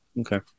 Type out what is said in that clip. Okay